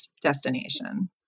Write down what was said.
destination